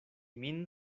min